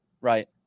right